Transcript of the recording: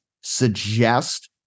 suggest